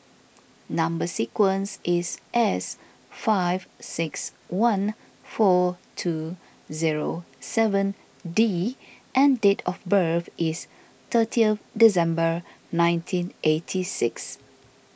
Number Sequence is S five six one four two zero seven D and date of birth is thirtieth December nineteen eighty six